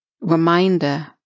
reminder